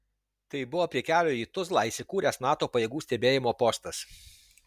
tai buvo prie kelio į tuzlą įsikūręs nato pajėgų stebėjimo postas